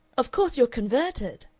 of course you're converted?